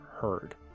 heard